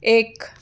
एक